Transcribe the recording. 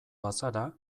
bazara